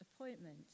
appointment